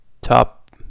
top